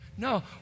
No